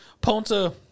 Ponta